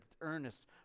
earnest